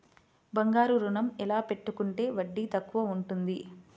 బంగారు ఋణం ఎలా పెట్టుకుంటే వడ్డీ తక్కువ ఉంటుంది?